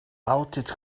outed